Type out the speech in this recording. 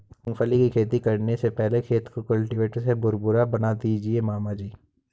मूंगफली की खेती करने से पहले खेत को कल्टीवेटर से भुरभुरा बना दीजिए मामा जी